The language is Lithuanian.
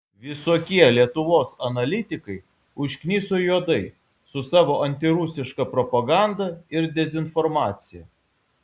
visokie lietuvos analitikai užkniso juodai su savo antirusiška propaganda ir dezinformacija